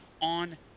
on